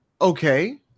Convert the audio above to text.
okay